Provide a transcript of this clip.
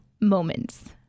moments